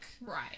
Right